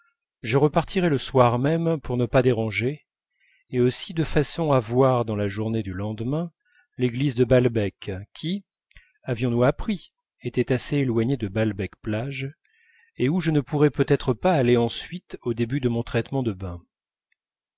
je repartirais le soir même pour ne pas déranger et aussi de façon à voir dans la journée du lendemain l'église de balbec qui avions-nous appris était assez éloignée de balbec plage et où je ne pourrais peut-être pas aller ensuite au début de mon traitement de bains